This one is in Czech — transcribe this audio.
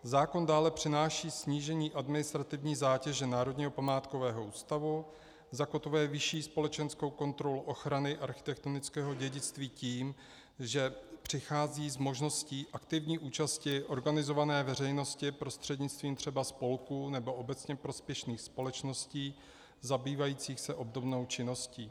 Zákon dále přináší snížení administrativní zátěže Národního památkového ústavu, zakotvuje vyšší společenskou kontrolu ochrany architektonického dědictví tím, že přichází s možností aktivní účasti organizované veřejnosti prostřednictvím třeba spolků nebo obecně prospěšných společností zabývajících se obdobnou činností.